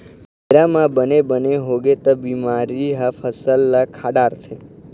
बेरा म बने बने होगे त बिमारी ह फसल ल खा डारथे